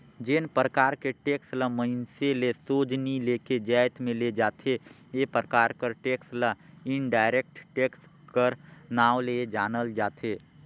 जेन परकार के टेक्स ल मइनसे ले सोझ नी लेके जाएत में ले जाथे ए परकार कर टेक्स ल इनडायरेक्ट टेक्स कर नांव ले जानल जाथे